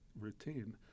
routine